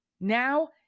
Now